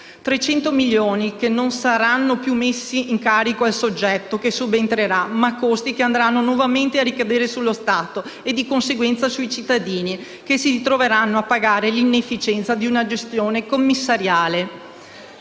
300 milioni di euro non saranno più messi in carico al soggetto che subentrerà, ma tali costi andranno nuovamente a ricadere sullo Stato e di conseguenza sui cittadini, che si troveranno a pagare l'inefficienza di una gestione commissariale.